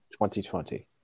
2020